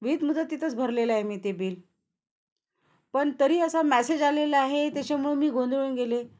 वीज मुदतीतच तिथंच भरलेलं आहे मी ते बिलपण तरी असा मॅसेज आलेला आहे त्याच्यामुळं मी गोंधळून गेले